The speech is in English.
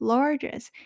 Largest